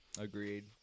agreed